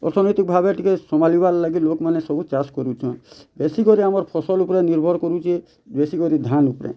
ଅସମିତ ଭାବେ ଟିକେ ସମାଲିବା ଲାଗି ଲୋକ୍ ମାନେ ସବୁ ଚାଷ୍ କରୁଛନ୍ ବେଶୀ କରି ଆମର୍ ଫସଲ୍ ଉପରେ ନିର୍ଭର କରୁଛେ ବେଶୀ କରି ଧାନ୍ ଉପରେ